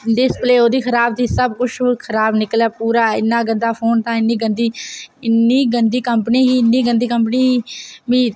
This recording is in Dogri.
डिस्प्ले ओह्दी खराब थी सब कुछ खराब निकलेआ पूरा इन्ना गंदा फोन तां इन्नी गंदी इन्नी गंदी कंपनी ही इन्नी गंदी कंपनी ही मि